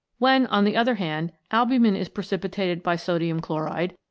when, on the other hand, albumin is precipitated by sodium chloride,